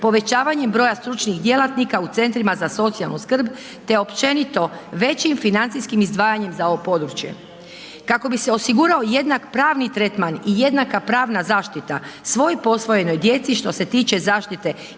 povećavanjem broja stručnih djelatnika u centrima za socijalnu skrb te općenito većim i financijskim izdvajanjem za ovo područje. Kako bi se osigurao jednak pravni tretman i jednaka pravna zaštita, svoj posvojenoj djeci, što se tiče zaštite